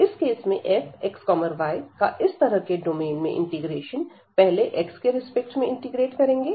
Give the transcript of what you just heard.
इस केस में fxy का इस तरह के डोमेन में इंटीग्रेशन पहले x के रिस्पेक्ट में इंटीग्रेट करेंगे